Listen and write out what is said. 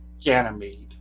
Ganymede